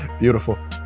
beautiful